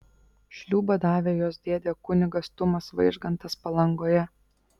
šliūbą davė jos dėdė kunigas tumas vaižgantas palangoje